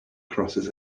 crosses